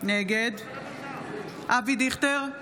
נגד אבי דיכטר,